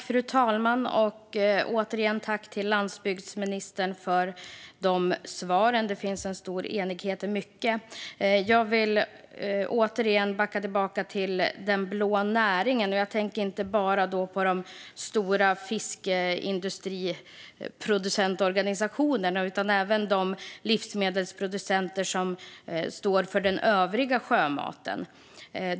Fru talman! Jag tackar återigen landsbygdsministern för svaren. Det finns en stor enighet i mycket. Jag vill återigen ta upp den blå näringen, och då tänker jag inte bara på de stora fiskeindustriproducentorganisationerna utan även på de livsmedelsproducenter som står för den övriga sjömaten.